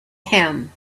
him